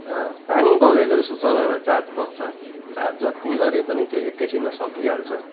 पानी बगेको जस्तो सरर चार्ज बग्छ चार्ज जत्ति गरे पनि त्यो एक्कै छिनमा सकिहाल्छ